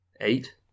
eight